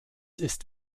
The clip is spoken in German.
ist